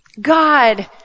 God